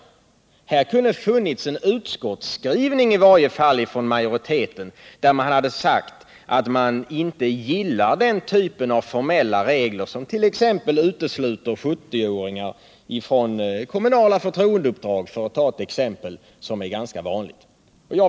Det kunde i varje fall ha funnits en utskottsskrivning från majoriteten om att man inte gillar den typen av formella regler som utesluter 70-åringar från kommunala förtroendeuppdrag för att ta ett exempel som är ganska vanligt.